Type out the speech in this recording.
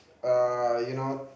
err you know